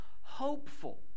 hopeful